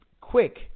quick